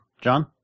John